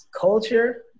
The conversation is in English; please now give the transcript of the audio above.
culture